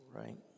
Right